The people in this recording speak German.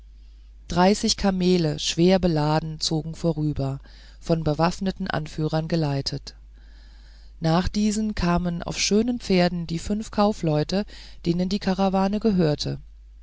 dreißig kamele schwer beladen zogen vorüber von bewaffneten anführern geleitet nach diesen kamen auf schönen pferden die fünf kaufleute denen die karawane gehörte